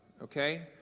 okay